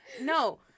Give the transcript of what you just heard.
No